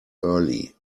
early